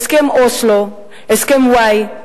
הסכם אוסלו, הסכם-וואי,